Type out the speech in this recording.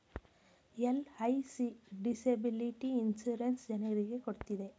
LIC disability insurance ಜನರಿಗೆ ಕೊಡ್ತಿದೆ